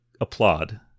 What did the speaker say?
applaud